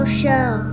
show